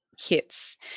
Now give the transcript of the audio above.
hits